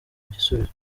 igisubizo